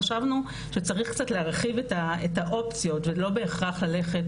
חשבנו שצריך קצת להרחיב את האופציות ולא בהכרח ללכת